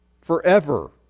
forever